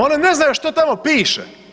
Oni ne znaju što tamo piše.